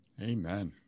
Amen